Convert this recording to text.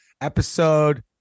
episode